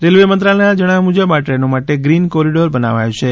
railway મંત્રાલયના જણાવ્યા મુજબ આ દ્રેનો માટે ગ્રીન કોરીડોર બનાવાયો છે